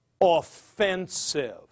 offensive